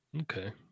Okay